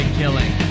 killing